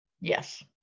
Yes